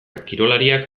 kirolariak